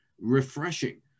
refreshing